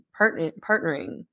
partnering